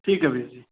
ਠੀਕ ਹੈ ਵੀਰ ਜੀ